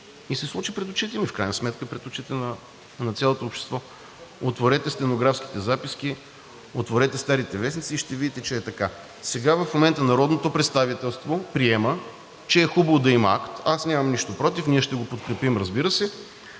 И се случи пред очите ми, в крайна сметка пред очите на цялото общество. Отворете стенографските записки, отворете старите вестници и ще видите, че е така. Сега, в момента, народното представителство приема, че е хубаво да има акт – аз нямам нищо против, ние ще го подкрепим, разбира се.